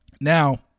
Now